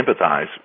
empathize